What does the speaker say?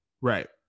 Right